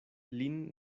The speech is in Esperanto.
lin